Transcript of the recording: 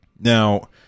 Now